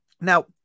Now